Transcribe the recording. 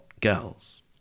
girls